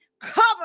cover